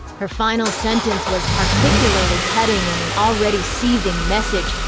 her final sentence was particularly cutting in an already seething message,